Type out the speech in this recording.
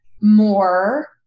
more